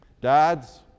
Dads